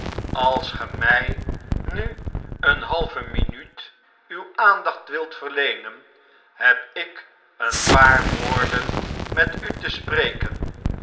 als ge mj mi een halve minuut uwe aandacht wilt verleenen heb ik een paar woorden met u te spreken